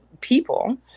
people